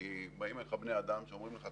כי באים אליי בני אדם שאומרים לך,